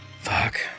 Fuck